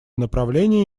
направление